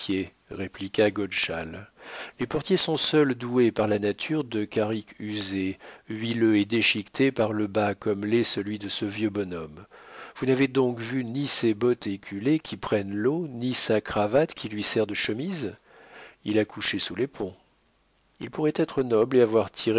répliqua godeschal les portiers sont seuls doués par la nature de carricks usés huileux et déchiquetés par le bas comme l'est celui de ce vieux bonhomme vous n'avez donc vu ni ses bottes éculées qui prennent l'eau ni sa cravate qui lui sert de chemise il a couché sous les ponts il pourrait être noble et avoir tiré